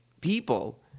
people